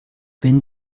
wenn